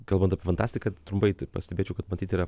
kalbant apie fantastiką trumpai tai pastebėčiau kad matyt yra